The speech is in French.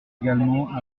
également